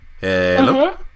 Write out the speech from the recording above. Hello